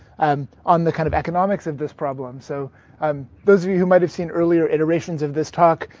and on the kind of economics of this problem. so um those of you who might have seen earlier iterations of this talk,